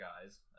guys